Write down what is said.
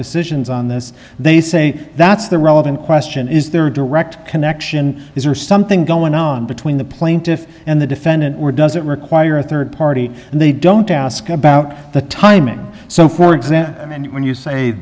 decisions on this they say that's the relevant question is there a direct connection is there something going on between the plaintiff and the defendant or does it require a rd party and they don't ask about the timing so for example when you say